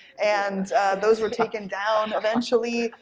and those were taken down eventually,